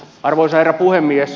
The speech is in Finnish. arvoisa herra puhemies